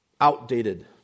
outdated